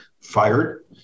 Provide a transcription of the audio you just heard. fired